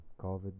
covid